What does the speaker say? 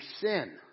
sin